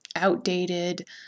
outdated